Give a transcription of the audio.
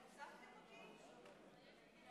אדוני היושב-ראש, מכובדיי